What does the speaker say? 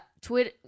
Twitter